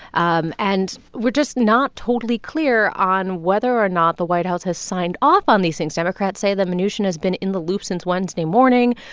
um and we're just not totally clear on whether or not the white house has signed off on these things. democrats say that mnuchin has been in the loop since wednesday morning.